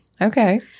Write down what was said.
Okay